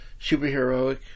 superheroic